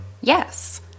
Yes